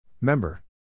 Member